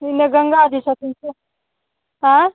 एने गङ्गा जी छथिन से आँय